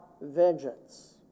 vengeance